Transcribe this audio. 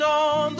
on